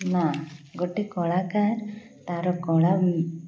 ନା ଗୋଟେ କଳାକାର ତାର କଳା